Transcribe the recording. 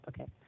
Okay